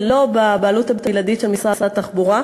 זה לא בבעלות הבלעדית של משרד התחבורה,